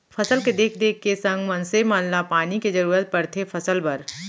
फसल के देख देख के संग मनसे मन ल पानी के जरूरत परथे फसल बर